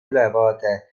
ülevaade